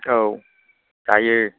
औ जायो